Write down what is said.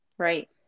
right